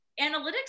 analytics